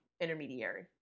intermediary